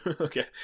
Okay